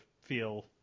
feel